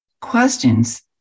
questions